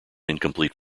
incomplete